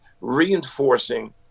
reinforcing